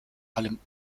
allem